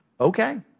Okay